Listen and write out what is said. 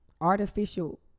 artificial